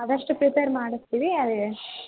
ಆದಷ್ಟು ಪ್ರಿಪೇರ್ ಮಾಡಿಸ್ತೀವಿ ಅದೇ